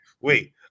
Wait